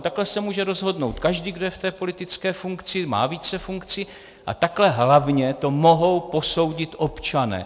Takhle se může rozhodnout každý, kdo je v té politické funkci, má více funkcí, a takhle hlavně to mohou posoudit občané.